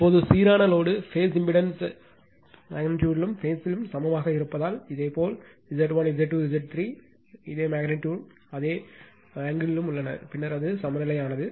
இப்போது சீரான load phase impedance அளவிலும் பேஸ்த்திலும் சமமாக இருப்பதால் இதேபோல் Z1 Z2 Z 3 இதே அளவிலும் அதே கோணத்திலும் உள்ளன பின்னர் அது சமநிலையானது